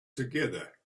together